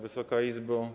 Wysoka Izbo!